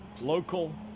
local